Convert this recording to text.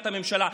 את הממשלה.